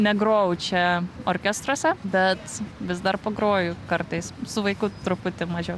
negrojau čia orkestruose bet vis dar pagroju kartais su vaiku truputį mažiau